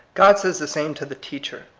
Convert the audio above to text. god says the same to the teacher.